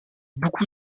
beaucoup